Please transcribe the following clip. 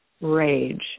rage